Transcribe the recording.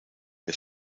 que